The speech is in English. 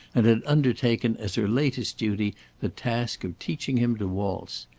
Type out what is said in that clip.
and had undertaken as her latest duty the task of teaching him to waltz.